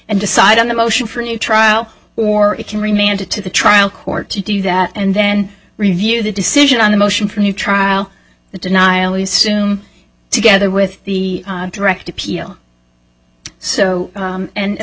and decide on a motion for a new trial or it can remain to to the trial court to do that and then review the decision on the motion for new trial the denial of assume together with the direct appeal so and as